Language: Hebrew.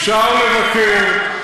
אפשר לבקר,